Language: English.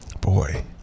Boy